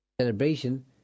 celebration